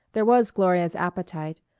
there was gloria's appetite,